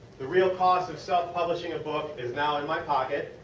the real cost of self publishing a book is now in my pocket.